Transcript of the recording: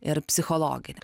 ir psichologinę